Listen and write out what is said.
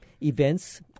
events